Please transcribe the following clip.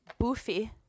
boofy